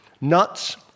nuts